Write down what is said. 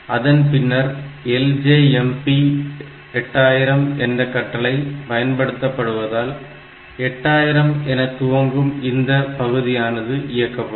அதன் பின்னர் LJMP 8000 என்ற கட்டளை பயன்படுத்தப்படுவதால் 8000 என துவங்கும் இந்த பகுதியானது இயக்கப்படும்